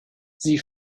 sie